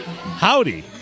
Howdy